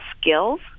skills